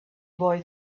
boy